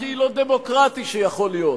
הכי לא דמוקרטי שיכול להיות,